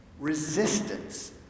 resistance